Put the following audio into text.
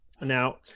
Now